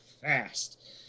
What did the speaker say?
fast